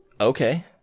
Okay